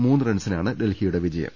മൂന്ന് റൺസിനാണ് ഡൽഹിയുടെ വിജയം